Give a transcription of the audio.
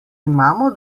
imamo